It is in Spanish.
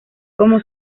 como